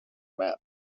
map